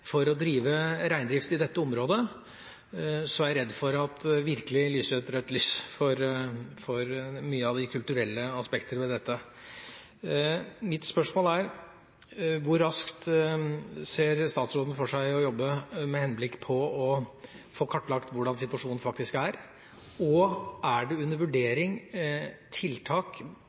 for å drive reindrift i dette området, er jeg redd for at det virkelig lyser et rødt lys for mange av de kulturelle aspektene ved dette. Mine spørsmål er: Hvor raskt ser statsråden for seg å jobbe med henblikk på å få kartlagt hvordan situasjonen er, og er tiltak under